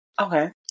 Okay